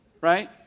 Right